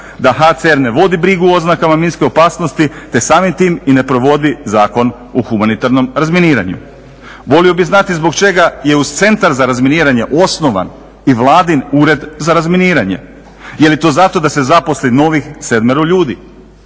da HCR ne vodi brigu o oznakama minske opasnosti, te samim tim i ne provodi zakon u humanitarnom razminiranju. Volio bih znati zbog čega je uz Centar za razminiranje osnovan i vladin Ured za razminiranje. Je li to za to da se zaposli novih sedmero ljudi?